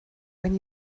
when